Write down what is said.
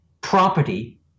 property